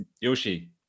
Yoshi